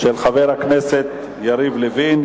של חבר הכנסת יריב לוין,